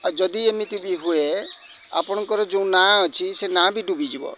ଆଉ ଯଦି ଏମିତି ବି ହୁଏ ଆପଣଙ୍କର ଯେଉଁ ନାଁ ଅଛି ସେ ନାଁ ବି ଡୁବିଯିବ